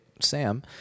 Sam